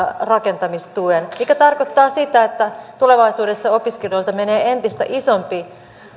rakentamistuen mikä tarkoittaa sitä että tulevaisuudessa opiskelijoilta menee entistä isompi